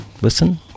listen